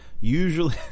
Usually